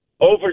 Over